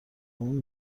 اون